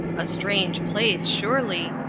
a strange place, surely,